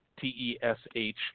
T-E-S-H